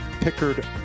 Pickard